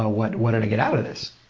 ah what what did i get out of this?